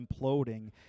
imploding